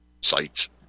sites